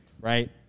right